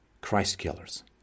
Christ-killers